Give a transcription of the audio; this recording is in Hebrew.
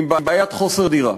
עם בעיית חוסר דירה.